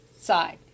side